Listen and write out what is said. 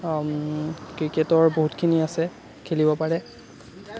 ক্ৰিকেটৰ বহুতখিনি আছে খেলিব পাৰে